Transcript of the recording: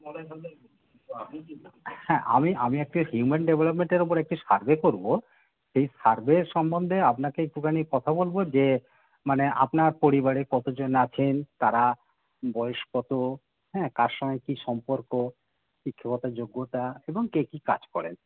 হ্যাঁ আমি আমি একটা হিউম্যান ডেভেলপমেন্টের ওপর একটি সার্ভে করবো সেই সার্ভে সম্বন্ধে আপনাকে একটুখানি কথা বলবো যে মানে আপনার পরিবারে কতোজন আছেন তারা বয়স কতো হ্যাঁ কার সঙ্গে কী সম্পর্ক শিক্ষাগত যোগ্যতা এবং কে কী কাজ করেন